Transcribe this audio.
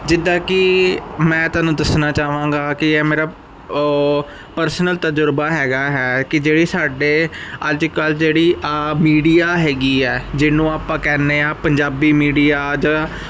ਜਿੱਦਾਂ ਕਿ ਮੈਂ ਤੁਹਾਨੂੰ ਦੱਸਣਾ ਚਾਹਾਂਗਾ ਕਿ ਇਹ ਮੇਰਾ ਓ ਪਰਸਨਲ ਤਜ਼ਰਬਾ ਹੈਗਾ ਹੈ ਕਿ ਜਿਹੜੀ ਸਾਡੇ ਅੱਜ ਕੱਲ੍ਹ ਜਿਹੜੀ ਆਹ ਮੀਡੀਆ ਹੈਗੀ ਹੈ ਜਿਹਨੂੰ ਆਪਾਂ ਕਹਿੰਦੇ ਆ ਪੰਜਾਬੀ ਮੀਡੀਆ ਜਾਂ